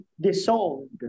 dissolved